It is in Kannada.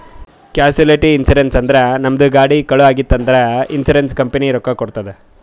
ಕ್ಯಾಶುಲಿಟಿ ಇನ್ಸೂರೆನ್ಸ್ ಅಂದುರ್ ನಮ್ದು ಗಾಡಿ ಕಳು ಆಗಿತ್ತ್ ಅಂದ್ರ ಇನ್ಸೂರೆನ್ಸ್ ಕಂಪನಿ ರೊಕ್ಕಾ ಕೊಡ್ತುದ್